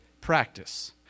Practice